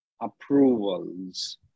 approvals